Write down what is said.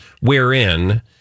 wherein